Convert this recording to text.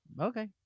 Okay